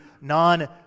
non